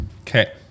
Okay